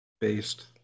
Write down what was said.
Based